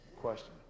Question